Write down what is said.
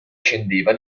scendeva